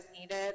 needed